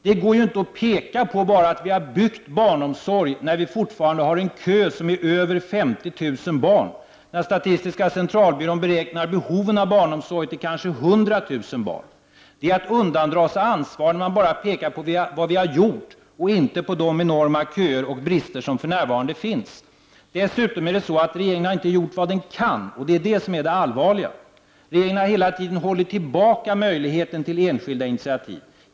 Men det går inte att peka på att man har byggt ut barnomsorgen, när vi fortfarande har en kö på över 50 000 barn och när statistiska centralbyrån beräknat behovet av barnomsorg till kanske 100 000 platser. Man undandrar sig ansvaret när man bara pekar på vad man har gjort och inte på de enorma köer och brister som för närvarande finns. Dessutom har regeringen inte gjort vad den kan, och det är det allvarliga. Regeringen har hela tiden hållit tillbaka möjligheten till enskilda initiativ.